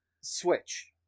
Switch